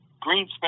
green